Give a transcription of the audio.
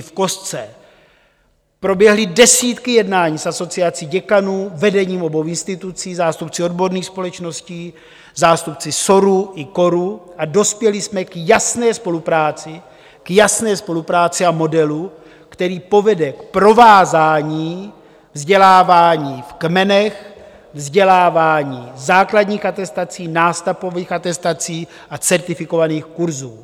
V kostce: proběhly desítky jednání s Asociací děkanů, vedením obou institucí, zástupci odborných společností, zástupci SORu i KORu a dospěli jsme k jasné spolupráci, k jasné spolupráci a modelu, který povede k provázání vzdělávání v kmenech, vzdělávání základních atestací, nástavbových atestací a certifikovaných kurzů.